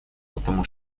потому